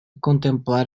contemplar